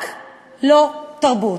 רק לא תרבות,